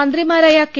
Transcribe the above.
മന്ത്രിമാരായ കെ